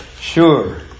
Sure